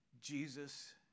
Jesus